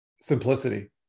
Simplicity